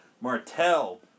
Martell